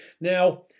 Now